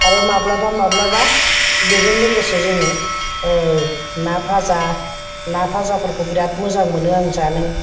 आरो माब्लाबा माब्लाबा बेजों लोगोसे जोङो ना भाजा ना भाजाफोरखौ बिराद मोजां मोनो आं जानो